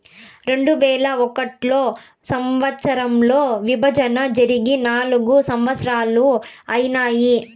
రెండువేల ఒకటో సంవచ్చరంలో విభజన జరిగి నాల్గు సంవత్సరాలు ఐనాయి